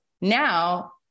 now